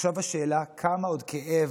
עכשיו השאלה: כמה עוד כאב